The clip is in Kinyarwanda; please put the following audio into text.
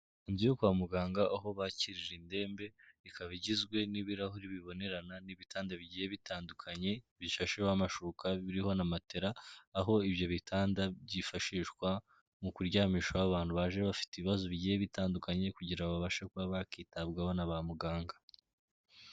Inzu yo kwa muganga aho bakirira indembe, ikaba igizwe n'ibirahuri bibonerana, n'ibitanda bigiye bitandukanye bishasheho amashuka, biriho na matera, aho ibyo bitanda byifashishwa mu kuryamishaho abantu baje bafite ibibazo bigiye bitandukanye kugira ngo babashe kuba bakitabwaho na ba muganga.